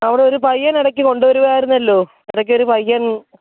അവിടെ ഒരു പയ്യൻ ഇടയ്ക്ക് കൊണ്ടു വരുമായിരുന്നല്ലോ ഇടയ്ക്കൊരു പയ്യൻ